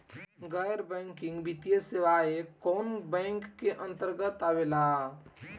गैर बैंकिंग वित्तीय सेवाएं कोने बैंक के अन्तरगत आवेअला?